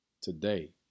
Today